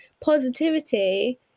positivity